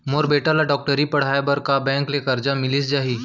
मोर बेटा ल डॉक्टरी पढ़ाये बर का बैंक ले करजा मिलिस जाही?